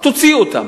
תוציא אותם.